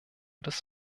des